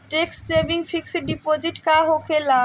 Tax saving fix deposit का होखे ला?